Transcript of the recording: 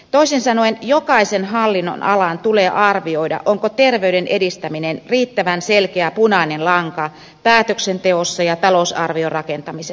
toisin sanoen jokaisen hallinnonalan tulee arvioida onko terveyden edistäminen riittävän selkeä punainen lanka päätöksenteossa ja talousarvion rakentamisessa